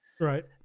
Right